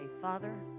Father